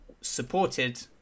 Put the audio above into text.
supported